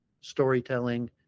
storytelling